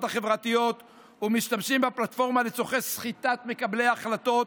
החברתיות ומשתמשים בפלטפורמה לצורכי סחיטת מקבלי החלטות,